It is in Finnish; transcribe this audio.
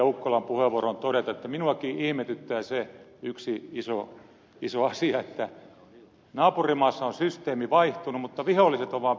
ukkolan puheenvuoroon todeta että minuakin ihmetyttää se yksi iso asia että naapurimaassa on systeemi vaihtunut mutta viholliset ovat vaan pysyneet ennallaan